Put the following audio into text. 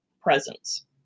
presence